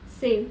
same